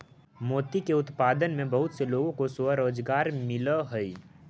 मोती के उत्पादन में बहुत से लोगों को स्वरोजगार मिलअ हई